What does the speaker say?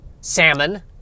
Salmon